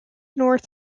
north